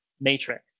matrix